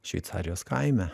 šveicarijos kaime